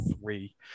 three